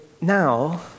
now